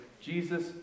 Jesus